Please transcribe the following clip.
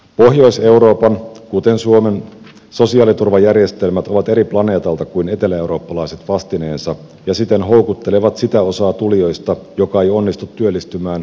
pohjois euroopan kuten suomen sosiaaliturvajärjestelmät ovat eri planeetalta kuin eteläeurooppalaiset vastineensa ja siten houkuttelevat sitä osaa tulijoista joka ei onnistu työllistymään esimerkiksi italiassa